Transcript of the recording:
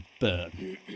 burn